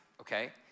okay